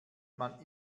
man